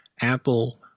Apple